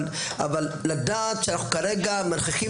אבל לדעת שאנחנו כרגע מנכיחים